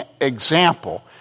example